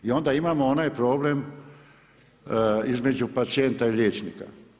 I onda imamo onaj problem između pacijenta i liječnika.